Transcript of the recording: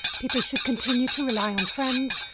people should continue to rely on friends,